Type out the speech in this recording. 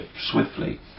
swiftly